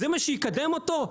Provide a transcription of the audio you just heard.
זה מה שיקדם אותו?